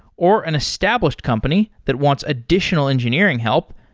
or an established company that wants additional engineering help,